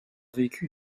vécu